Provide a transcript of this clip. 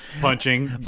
Punching